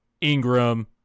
Ingram